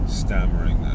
stammering